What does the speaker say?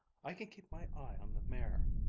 i can keep my eye on the mare.